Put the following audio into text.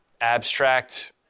Abstract